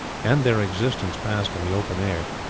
and their existence passed in the open air,